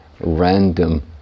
random